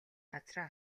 газраа